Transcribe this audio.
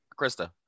Krista